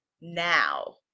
now